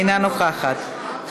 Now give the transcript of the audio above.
אינה נוכחת,